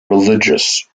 religious